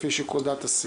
לפי שיקול דעת הסיעות.